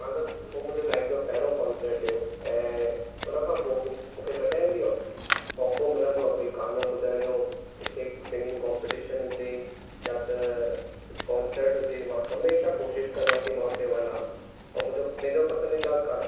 उहो मुंहिंजो लाईफ जो पहिरियों कॉन्सर्ट हुओ ऐं हुन खां पोइ मूंखे कॾहिं बि मौक़ो मिलंदो कोई गानो ॿुधण जो किथे सिंगिंग कॉम्पिटीशन हुजे या त कॉन्सर्ट हुजे मां हमेशह कोशिश कंदो आहे कि मां हुते वञा मुंहिंजो पंहिंजो पसंदीदा क